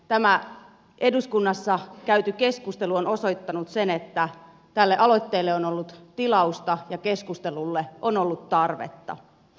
tämä eduskunnassa käyty keskustelu on osoittanut sen että tälle aloitteelle on ollut tilausta ja keskustelulle on ollut tarvetta